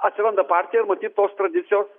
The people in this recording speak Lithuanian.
atsiranda partija ir matyt tos tradicijos